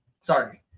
Sorry